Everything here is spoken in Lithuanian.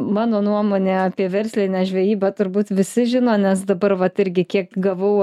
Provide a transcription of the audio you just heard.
mano nuomonę apie verslinę žvejybą turbūt visi žino nes dabar vat irgi kiek gavau